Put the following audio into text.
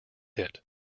hit